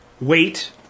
Wait